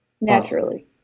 Naturally